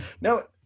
no